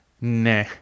nah